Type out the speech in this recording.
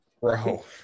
Bro